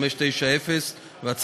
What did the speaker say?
פ/3590/20,